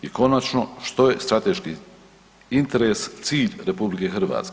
I konačno, što je strateški interes i cilj RH?